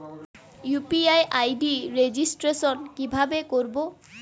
UPI ID registration কিভাবে করব?